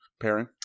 pairing